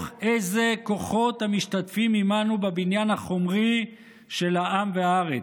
איזו כוחות המשתתפים עימנו בבניין החומרי של העם והארץ.